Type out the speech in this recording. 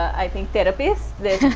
i think therapist